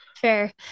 Fair